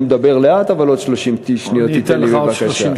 אני מדבר לאט, אבל עוד 30 שניות תיתן לי בבקשה.